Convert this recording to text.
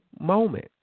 moment